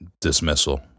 dismissal